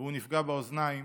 והוא נפגע באוזניים,